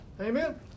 amen